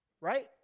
right